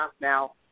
now